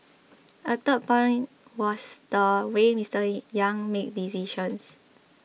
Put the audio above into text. a third point in was the way Mister Yang made decisions